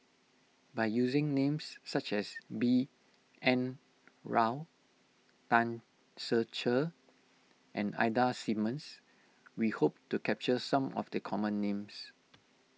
by using names such as B N Rao Tan Ser Cher and Ida Simmons we hope to capture some of the common names